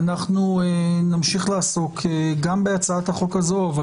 אנו נמשיך לעסוק גם בהצעת החוק הזו אך